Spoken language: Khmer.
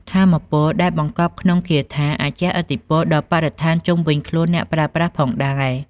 ថាមពលដែលបង្កប់ក្នុងគាថាអាចជះឥទ្ធិពលដល់បរិស្ថានជុំវិញខ្លួនអ្នកប្រើប្រាស់ផងដែរ។